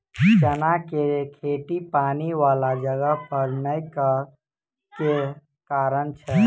चना केँ खेती पानि वला जगह पर नै करऽ केँ के कारण छै?